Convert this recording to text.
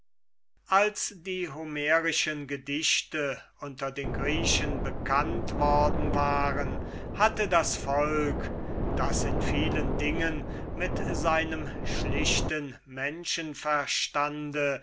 als homers gedichte unter den griechen bekannt worden waren hatte das volk das in vielen dingen mit seinem schlichten